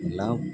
எல்லாம்